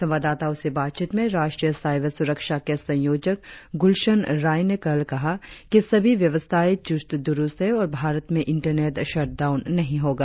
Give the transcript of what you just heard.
संवाददाताओ से बातचीत में राष्ट्रीय साइबर सुरक्षा के संयोजक गुलशन राय ने कल कहा कि सभी व्यवस्थाएं चुस्त दुरुस्त है और भारत में इंटरनेट शटडाउन नही होगा